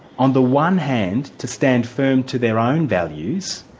on the one hand to stand firm to their own values,